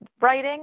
writing